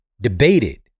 debated